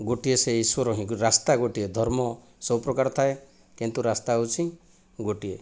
ଗୋଟିଏ ସେହି ଇଶ୍ଵର ହିଁ ରାସ୍ତା ଗୋଟିଏ ଧର୍ମ ସବୁପ୍ରକାର ଥାଏ କିନ୍ତୁ ରାସ୍ତା ହେଉଛି ଗୋଟିଏ